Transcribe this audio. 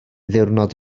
ddiwrnod